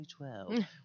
2012